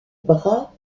bras